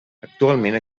actualment